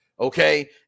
Okay